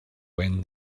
when